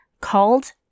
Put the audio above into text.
called